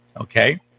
Okay